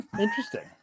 Interesting